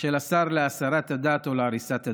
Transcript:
של השר להסרת הדת או להריסת הדת.